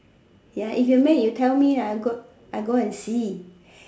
ya if you make you tell me lah I go I go and see